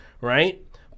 Right